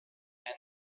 and